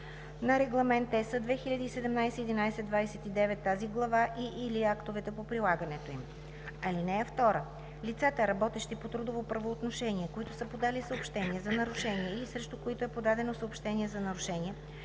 на Регламент (EС) 2017/1129, тази глава и/или актовете по прилагането им. (2) Лицата, работещи по трудово правоотношение, които са подали съобщение за нарушение или срещу които е подадено съобщение за нарушение,